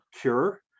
cure